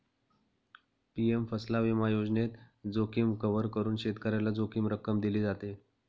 PM फसल विमा योजनेत, जोखीम कव्हर करून शेतकऱ्याला जोखीम रक्कम दिली जाते